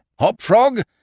Hopfrog